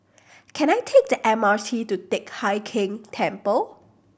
can I take the M R T to Teck Hai Keng Temple